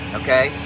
okay